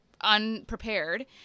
unprepared